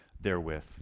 therewith